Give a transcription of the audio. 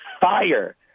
fire